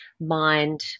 mind